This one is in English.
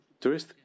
tourist